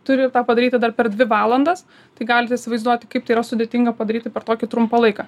turi tą padaryti dar per dvi valandas tai galit įsivaizduoti kaip tai yra sudėtinga padaryti per tokį trumpą laiką